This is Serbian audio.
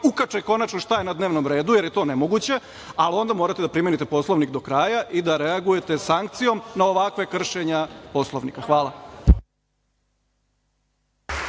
ukače konačno šta je na dnevnom redu, jer je to nemoguće, ali onda morate da primenite Poslovnik do kraja i da reagujete sankcijom na ovakva kršenja Poslovnika. Hvala.